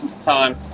time